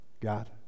God